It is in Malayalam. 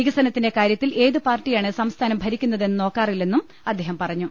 വിക സനത്തിന്റെ കാര്യത്തിൽ ഏത് പാർട്ടിയാണ് സംസ്ഥാനം ഭരിക്കു ന്നതെന്ന് നോക്കാറില്ലെന്നും അദ്ദഹം പറഞ്ഞു